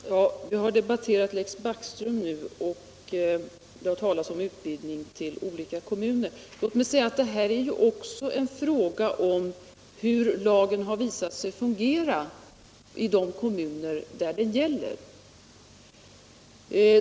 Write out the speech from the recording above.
Herr talman! Vi har debatterat Lex Backström, och det har talats om en utvidgning till olika kommuner. Detta är också en fråga om hur lagen visat sig fungera i de kommuner den gäller.